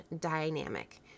dynamic